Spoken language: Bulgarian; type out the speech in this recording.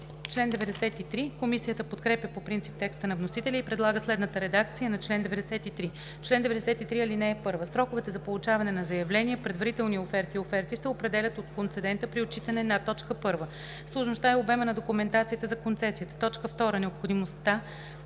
оферта.“ Комисията подкрепя по принцип текста на вносителя и предлага следната редакция на чл. 93: „Чл. 93. (1) Сроковете за получаване на заявления, предварителни оферти и оферти се определят от концедента при отчитане на: 1. сложността и обема на документацията за концесията; 2. необходимостта